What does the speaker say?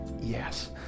Yes